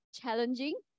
challenging